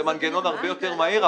זה מנגנון הרבה יותר מהיר,